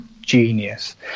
genius